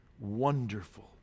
wonderful